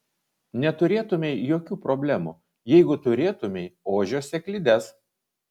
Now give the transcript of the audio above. neturėtumei jokių problemų jeigu turėtumei ožio sėklides